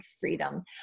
freedom